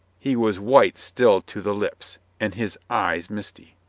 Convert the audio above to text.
he was white still to the lips, and his eyes misty.